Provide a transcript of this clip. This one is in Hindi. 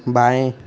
बाएँ